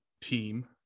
team